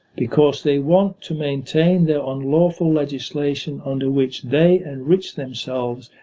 because they want to maintain their unlawful legislation under which they enrich themselves,